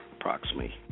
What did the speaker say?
Approximately